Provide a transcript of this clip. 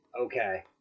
Okay